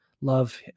Love